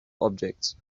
objects